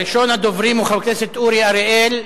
ראשון הדוברים הוא חבר הכנסת אורי אריאל,